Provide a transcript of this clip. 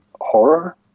horror